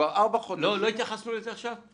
כבר ארבעה חודשים --- לא התייחסנו לזה עכשיו?